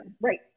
right